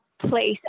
place